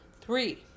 three